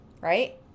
Right